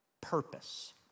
purpose